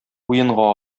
уенга